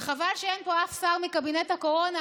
וחבל שאין פה אף שר מקבינט הקורונה,